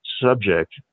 subject